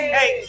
Hey